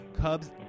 Cubs